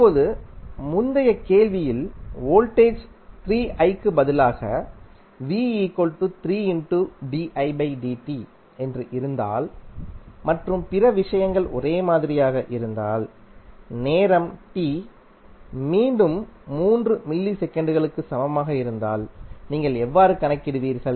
இப்போது முந்தைய கேள்வியில் வோல்டேஜ் 3i க்கு பதிலாக என்று இருந்தால் மற்றும் பிற விஷயங்கள் ஒரே மாதிரியாக இருந்தால் நேரம் t மீண்டும் 3 மில்லி செகண்ட்களுக்கு சமமாக இருந்தால்நீங்கள் எவ்வாறு கணக்கிடுவீர்கள்